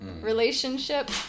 relationship